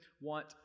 want